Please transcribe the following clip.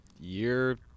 year